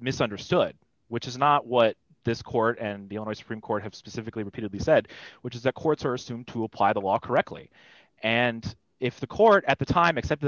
misunderstood which is not what this court and the owners from court have specifically repeatedly said which is that courts are assumed to apply the law correctly and if the court at the time accept